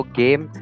game